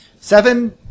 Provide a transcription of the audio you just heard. Seven